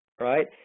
right